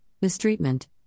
mistreatment